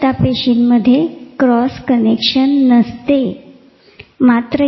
कारण जसे मी तुम्हाला सांगितले कि अवघड समस्या आहे मेंदूचे वर्तन व यांतील संबंध याबाबत फक्त एक तुलनात्मक समांतरवाद आहे